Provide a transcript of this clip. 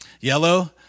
Yellow